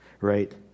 right